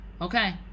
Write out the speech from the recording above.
Okay